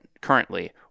currently